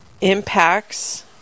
impacts